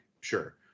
sure